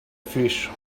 fish